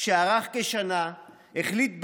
שארך כשנה החליט,